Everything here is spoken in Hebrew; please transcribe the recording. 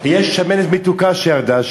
יש שמנת מתוקה שירדה,